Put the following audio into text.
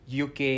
UK